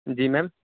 جی میم